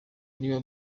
niba